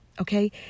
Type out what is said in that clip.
Okay